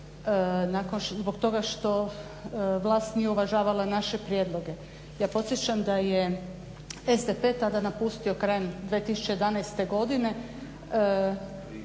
zbog toga što vlast nije uvažavala naše prijedloge. Ja podsjećam da je SDP tada napustio krajem 2011. godine